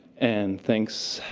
and thanks,